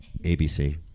ABC